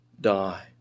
die